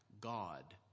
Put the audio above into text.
God